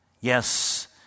Yes